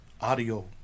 audio